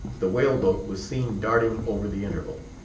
the whale-boat was seen darting over the interval.